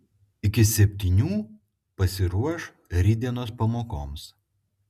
iki septynių pasiruoš rytdienos pamokoms